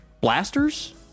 blasters